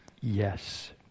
yes